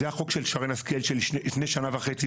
זה החוק של שרן השכל של לפני שנה וחצי,